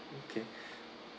okay